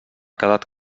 quedat